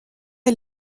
est